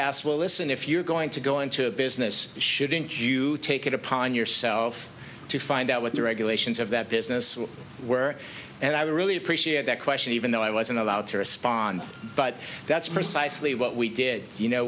asked well listen if you're going to go into a business shouldn't you take it upon yourself to find out what the regulations of that business were and i would really appreciate that question even though i wasn't allowed to respond but that's precisely what we did you know